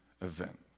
event